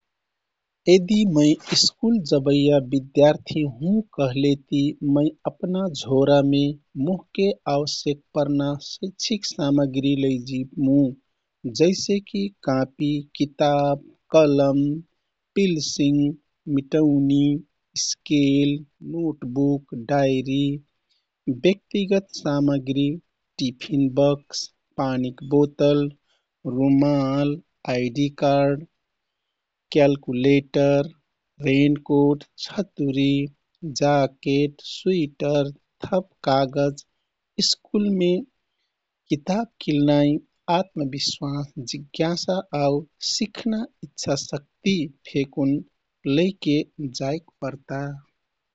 यदि मै स्कुल जबैया विद्यार्थी हुँ कहलेति मै अपना झोरामे मोहके आवश्यक परना शैक्षिक सामग्रि लैजिमु। जैसेकि कापी, किताब, कलम, पिल्सिङ, मिटौनी, स्केल, नोटबुक, डायरी, व्यक्तिगत सामग्री टिफिन बकस, पानीक बोतल, रूमाल, आइडी कार्ड, क्यालकुलेटर, रेनकोट, छतुरी, जाकेट, स्वीटर, थप कागज, स्कुलमे किताब किल नाइ आत्मविश्वास, जिज्ञासा आउ सिख्ना इच्छाशक्ति फेकुन लैके जाइक परता।